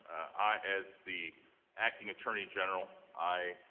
i, as the acting attorney general i